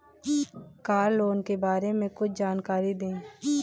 Car loan के बारे में कुछ जानकारी दें?